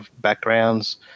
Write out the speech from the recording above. backgrounds